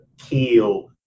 kill